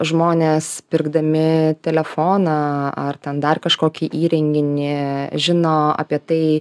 žmonės pirkdami telefoną ar ten dar kažkokį įrenginį žino apie tai